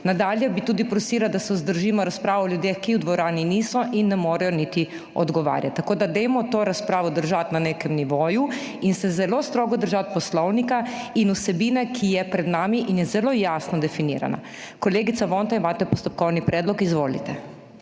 Nadalje bi tudi prosila, da se vzdržimo razprav o ljudeh, ki v dvorani niso in ne morejo niti odgovarjati. Tako, da dajmo to razpravo držati na nekem nivoju in se zelo strogo držati poslovnika in vsebine, ki je pred nami in je zelo jasno definirana. Kolegica Vonta, imate postopkovni predlog, izvolite.